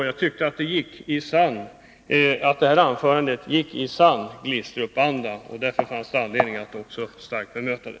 Jag tycker att det anförandet präglades av en sann Glistrupanda och att det därför fanns anledning att skarpt bemöta det.